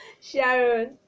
Sharon